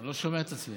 אני לא שומע את עצמי.